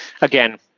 again